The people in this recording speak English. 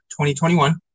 2021